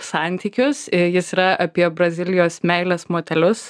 santykius i jis yra apie brazilijos meilės motelius